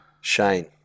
Shane